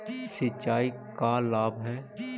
सिंचाई का लाभ है?